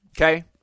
Okay